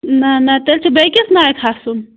نہ نہ تیٚلہِ چھُ بیٚکِس نایہِ کھَسُن